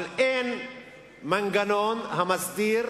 אבל אין מנגנון המסדיר